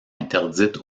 interdite